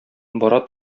бара